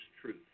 truth